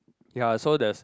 ya so the